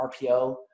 RPO